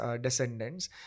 descendants